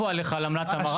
רבו עליך על עמלת המרה?